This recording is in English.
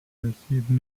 received